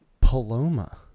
Paloma